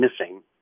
missing